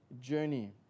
journey